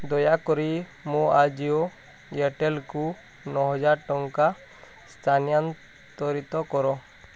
ଦୟାକରି ମୋ ଆଜିଓ ଏୟାରଟେଲ୍କୁ ନଅ ହଜାର ଟଙ୍କା ସ୍ଥାନାନ୍ତରିତ କର